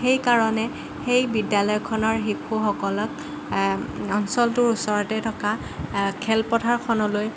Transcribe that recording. সেই কাৰণে সেই বিদ্যালয়খনৰ শিশুসকলক অঞ্চলটোৰ ওচৰতে থকা খেলপথাৰখনলৈ